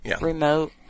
Remote